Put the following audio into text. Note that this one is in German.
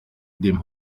dem